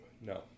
No